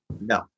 No